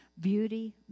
Beauty